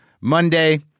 Monday